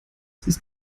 ist